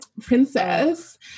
Princess